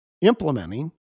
implementing